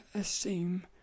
assume